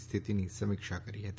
સ્થિતિની સમીક્ષા કરી હતી